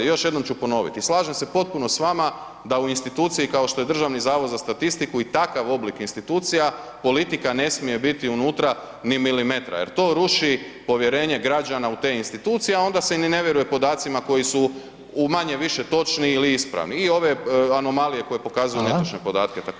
Još jednom ću ponoviti, slažem se potpuno s vama da u institucije kao što je i Državni zavod za statistiku i takav oblik institucija politika ne smije biti unutra ni milimetra jer to ruši povjerenje građana u te institucije, a onda se ni ne vjeruje podacima koji su u manje-više točni ili ispravni i ove anomalije koje pokazuju [[Upadica: Hvala]] netočne podatke također.